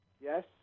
Yes